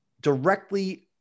directly